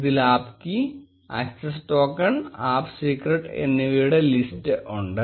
ഇതിൽ app key access token app secret എന്നിവയുടെ list ഉണ്ട്